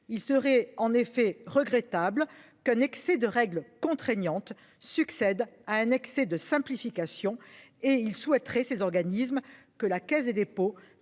il serait en effet regrettable qu'un excès de règles contraignantes succède à un excès de simplification et il souhaiterait ces organismes que la Caisse des dépôts